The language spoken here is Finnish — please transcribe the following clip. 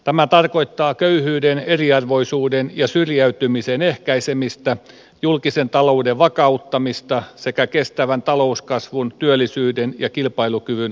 tämä tarkoittaa köyhyyden eriarvoisuuden ja syrjäytymisen ehkäisemistä julkisen talouden vakauttamista sekä kestävän talouskasvun työllisyyden ja kilpailukyvyn vahvistamista